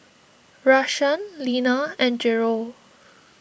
Rashaan Lena and Gerold